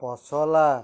পচলা